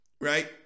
Right